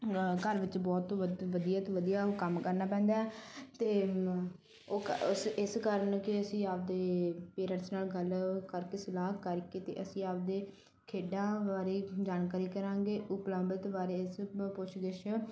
ਘਰ ਵਿੱਚ ਬਹੁਤ ਵਦ ਵਧੀਆ ਤੋਂ ਵਧੀਆ ਉਹ ਕੰਮ ਕਰਨਾ ਪੈਂਦਾ ਅਤੇ ਉਹ ਇਸ ਇਸ ਕਾਰਨ ਕਿ ਅਸੀਂ ਆਪ ਦੇ ਪੇਰੈਂਟਸ ਨਾਲ ਗੱਲ ਕਰਕੇ ਸਲਾਹ ਕਰਕੇ ਅਤੇ ਅਸੀਂ ਆਪ ਦੇ ਖੇਡਾਂ ਬਾਰੇ ਜਾਣਕਾਰੀ ਕਰਾਂਗੇ ਉਪਲਬਧ ਬਾਰੇ ਇਸ ਪੁੱਛਗਿਛ